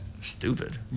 Stupid